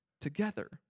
together